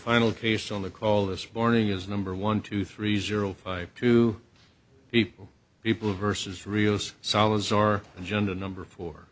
final case on the call this morning is number one two three zero five two people people versus rios solace or agenda number four